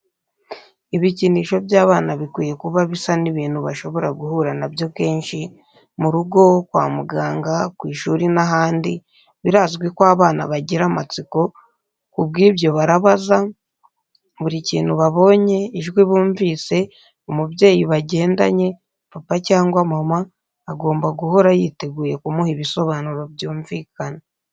Ibikinisho by'abana bikwiye kuba bisa n'ibintu bashobora guhura na byo kenshi: mu rugo, kwa muganga, ku ishuri n'ahandi; birazwi ko abana bagira amatsiko, ku bw'ibyo barabaza, buri kintu babonye, ijwi bumvise; umubyeyi bagendanye, papa cyangwa mama, agomba guhora yiteguye kumuha ibisobanuro byumvikana.